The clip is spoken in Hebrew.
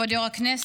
כבוד יו"ר הישיבה,